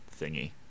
thingy